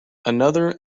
another